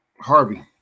Harvey